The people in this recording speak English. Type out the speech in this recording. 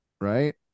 right